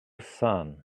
sun